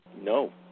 no